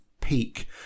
peak